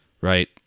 right